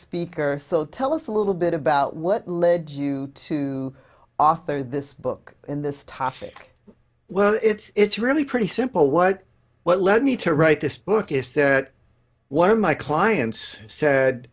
speaker so tell us a little bit about what led you to author this book in this topic well it's really pretty simple what what led me to write this book is that one of my clients said